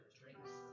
drinks